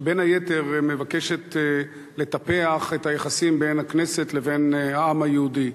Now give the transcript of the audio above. שבין היתר מבקשת לטפח את היחסים בין הכנסת לבין העם היהודי.